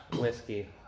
Whiskey